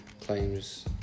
claims